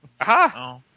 Aha